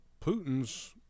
Putin's